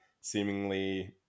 seemingly